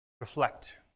Reflect